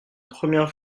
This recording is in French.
première